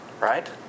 Right